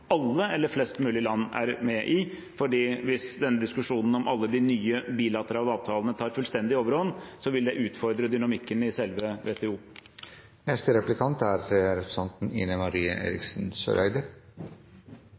alle, eller flest mulig, land er med i. Hvis denne diskusjonen om alle de nye bilaterale avtalene tar fullstendig overhånd, vil det utfordre dynamikken i selve